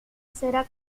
será